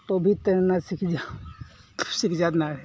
तो भी तैरना सीख जाओ सीख जात नाय